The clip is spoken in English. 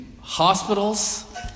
hospitals